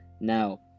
Now